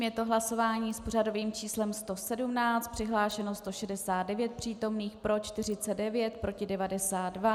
Je to hlasování s pořadovým číslem 117, přihlášeno 169 přítomných, pro 49, proti 92.